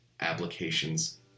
applications